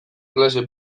klase